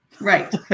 right